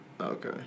Okay